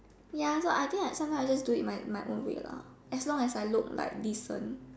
ya so I think I sometimes I just do it my my own way lah as long as I look like decent